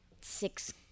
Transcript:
six